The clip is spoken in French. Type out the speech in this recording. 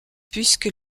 puisque